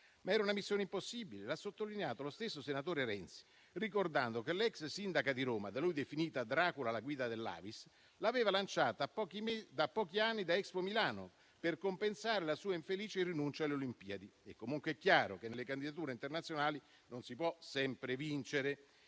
Ma era una missione impossibile; l'ha sottolineato lo stesso senatore Renzi, ricordando che l'ex sindaca di Roma (da lui definita "Dracula alla guida dell'AVIS") l'aveva lanciata a pochi anni da Expo Milano, per compensare la sua infelice rinuncia alle Olimpiadi. Comunque è chiaro che nelle candidature internazionali non si può sempre vincere.